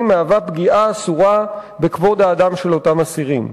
הוא פגיעה אסורה בכבוד האדם של אותם אסירים.